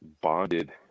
bonded